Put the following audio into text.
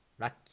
lucky